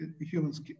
humans